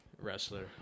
wrestler